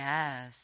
Yes